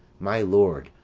my lord,